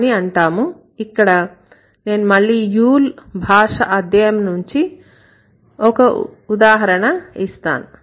నేను ఇక్కడ మళ్లీ Yule భాష అధ్యయనం నుంచి ఒక ఉదాహరణ ఇస్తాను